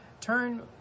Turn